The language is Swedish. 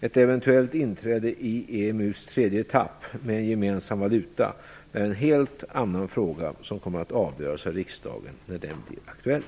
Ett eventuellt inträde i EMU:s tredje etapp, med en gemensam valuta, är en helt annan fråga som kommer att avgöras av riksdagen när den blir aktuell.